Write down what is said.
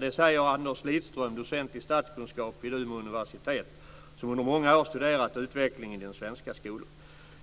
Det säger Anders Lidström, docent i statskunskap vid Umeå universitet, som under många år studerat utvecklingen i den svenska skolan.